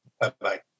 Bye-bye